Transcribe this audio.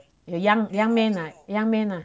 the young young man ah young man ah